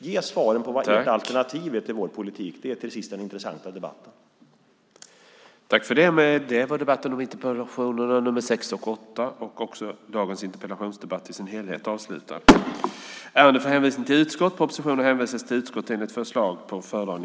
Ge svaret på vad som är ert alternativ till vår politik. Det är den intressanta debatten.